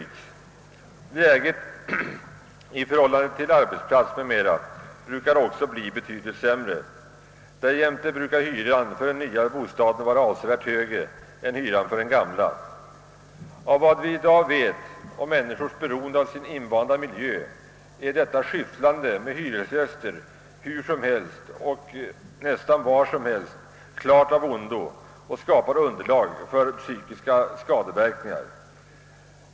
Bostadens läge i förhållande till arbetsplats m.m. brukar också bli betydligt sämre. Därjämte brukar hyran för den nya bostaden vara avsevärt högre än hyran för den gamla. Efter vad vi i dag vet om människors beroende av sin invanda miljö är detta skyfflande med hyresgäster hur som helst och nästan vart som helst klart av ondo och skapar underlag för psykiska skadeverkningar.